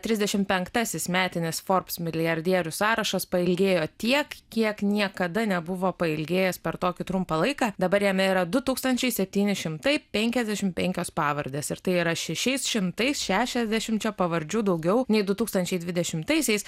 trisdešimt penktasis metinis forbs milijardierių sąrašas pailgėjo tiek kiek niekada nebuvo pailgėjęs per tokį trumpą laiką dabar jame yra du tūkstančiai septyni šimtao penkiasdešimt penkios pavardės ir tai yra šešiais šimtais šešiasdešimčia pavardžių daugiau nei du tūkstančiai dvidešimtaisiais